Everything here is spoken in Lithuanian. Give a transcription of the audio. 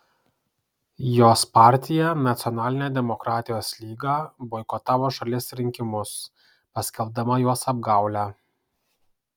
jos partija nacionalinė demokratijos lyga boikotavo šalies rinkimus paskelbdama juos apgaule